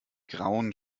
grauen